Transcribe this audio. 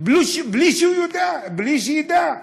בלי שהוא יודע, בלי שידע,